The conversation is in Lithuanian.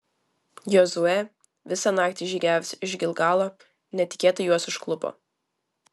jozuė visą naktį žygiavęs iš gilgalo netikėtai juos užklupo